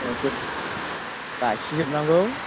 आंथ' गासिजोबनांगौ